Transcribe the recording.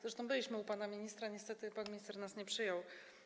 Zresztą byliśmy u pana ministra, niestety pan minister nas nie przyjął.